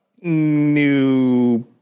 New